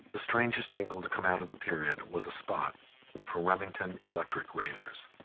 the strangest jingle to come out of the period was a spot for remington electric razors.